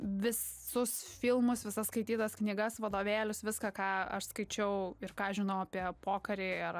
visus filmus visas skaitytas knygas vadovėlius viską ką aš skaičiau ir ką žinau apie pokarį ir